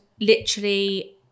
literally-